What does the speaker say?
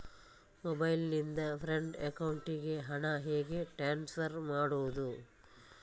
Mobile ನಿಂದ friend ಅಕೌಂಟಿಗೆ ಹಣ ಹೇಗೆ ಟ್ರಾನ್ಸ್ಫರ್ ಮಾಡುವುದು?